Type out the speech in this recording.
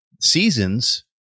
seasons